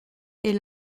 est